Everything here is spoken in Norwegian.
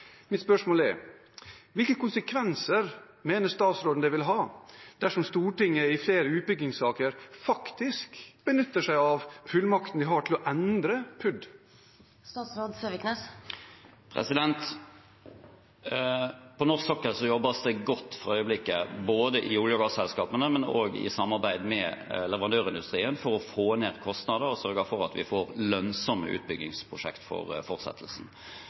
Mitt spørsmål er: Hvilke konsekvenser mener statsråden det vil ha dersom Stortinget i flere utbyggingssaker faktisk benytter seg av fullmaktene man har til å endre PUD? På norsk sokkel jobbes det godt for øyeblikket, både i olje- og gasselskapene og i samarbeid med leverandørindustrien, for å få ned kostnader og sørge for at vi får lønnsomme utbyggingsprosjekt i fortsettelsen.